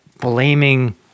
blaming